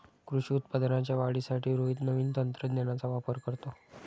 कृषी उत्पादनाच्या वाढीसाठी रोहित नवीन तंत्रज्ञानाचा वापर करतो